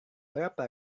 berapa